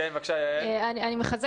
האחד